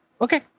okay